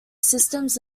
systems